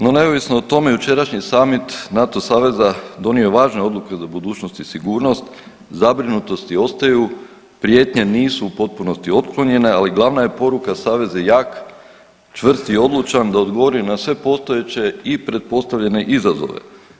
No, neovisno o tome jučerašnji summit NATO saveza donio je važne odluke za budućnost i sigurnost, zabrinutosti ostaju, prijetnje nisu u potpunosti otklonjene ali glavna je poruka savez je jak, čvrst i odlučan da odgovori na sve postojeće i pretpostavljene izazove.